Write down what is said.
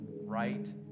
right